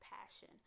passion